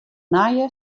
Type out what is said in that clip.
nije